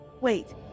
Wait